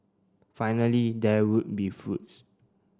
finally there would be fruits